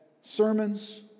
sermons